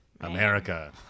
America